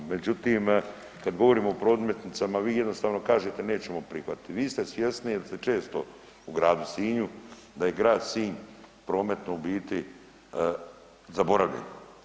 Međutim, kad govorimo prometnicama, vi jednostavno kažete nećemo prihvatiti, vi ste svjesni jer ste često u gradu Sinju, da je grad Sinj prometno u biti zaboravljen.